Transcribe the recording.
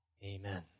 Amen